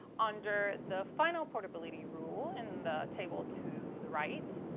under the final portability rule in the table to the right,